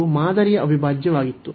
ಇದು ಮಾದರಿಯ ಅವಿಭಾಜ್ಯವಾಗಿತ್ತು